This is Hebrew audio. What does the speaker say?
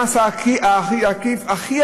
המדינה הפלסטינית באומות המאוחדות,